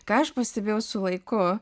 ką aš pastebėjau su laiku